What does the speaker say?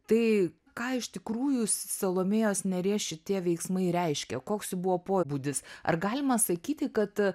tai ką iš tikrųjų salomėjos nėries šitie veiksmai reiškia koks jų buvo pobūdis ar galima sakyti kad